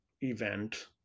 event